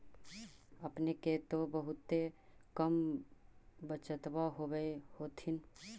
अपने के तो बहुते कम बचतबा होब होथिं?